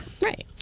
Right